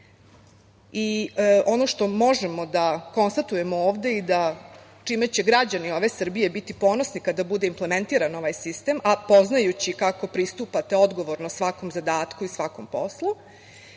ono što možemo da konstatujemo ovde i čime će građani Srbije biti ponosni kada bude implementiran ovaj sistem, a poznajući kako pristupate odgovorno svakom zadatku i svakom poslu,